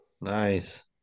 nice